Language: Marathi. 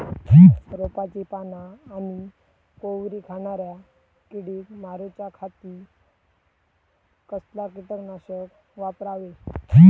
रोपाची पाना आनी कोवरी खाणाऱ्या किडीक मारूच्या खाती कसला किटकनाशक वापरावे?